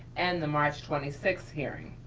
and the march twenty sixth hearing.